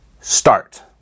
start